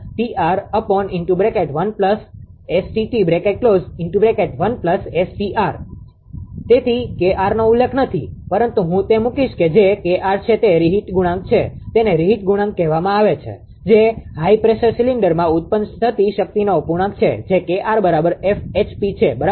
તેથી 𝐾𝑟 નો ઉલ્લેખ નથી પરંતુ હું તે મૂકીશ કે જે 𝐾𝑟 છે તે રીહિટ ગુણાંક છે તેને રીહિટ કહેવામાં આવે છે જે હાઈ પ્રેશર સિલિન્ડરમાં ઉત્પન્ન થતી શક્તિનો અપૂર્ણાંક છે જે 𝐾𝑟 બરાબર છે બરાબર